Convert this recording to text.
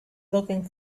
looking